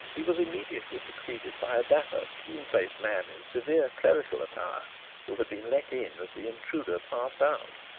he was immediately succeeded by a dapper, keen-faced man in severe clerical attire who had been let in as the intruder passed out.